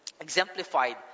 exemplified